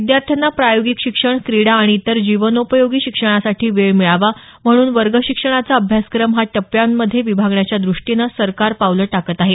विद्यार्थ्यांना प्रायोगिक शिक्षण क्रीडा आणि इतर जीवनोपयोगी शिक्षणासाठी वेळ मिळावा म्हणून वर्गशिक्षणाचा अभ्यासक्रम हा टप्प्यांमध्ये विभागण्याच्या दृष्टीनं सरकार पावलं टाकत आहे